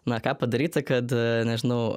na ką padaryti kad nežinau ar